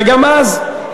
וגם אז,